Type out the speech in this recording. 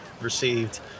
received